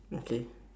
okay